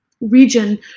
region